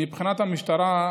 מבחינת המשטרה,